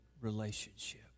relationship